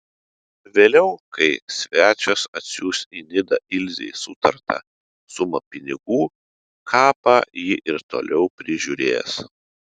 vėliau kai svečias atsiųs į nidą ilzei sutartą sumą pinigų kapą ji ir toliau prižiūrės